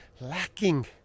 lacking